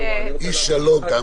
איש שלום, תאמין לי.